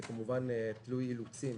זה כמובן תלוי אילוצים,